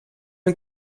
een